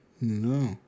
no